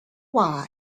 why